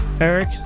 Eric